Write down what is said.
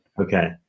Okay